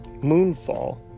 Moonfall